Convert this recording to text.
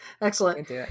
Excellent